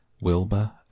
Wilbur